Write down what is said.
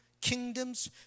kingdoms